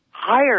higher